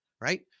right